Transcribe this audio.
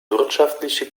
wirtschaftliche